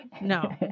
No